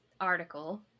article